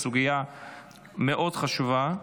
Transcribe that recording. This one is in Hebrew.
היא סוגיה מאוד חשובה.